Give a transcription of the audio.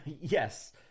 Yes